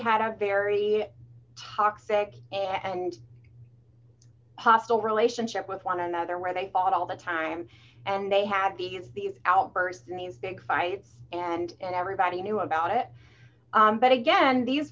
had a very toxic and hostile relationship with one another where they fought all the time and they had these these outbursts mean big fights and everybody knew about it but again these